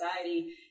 society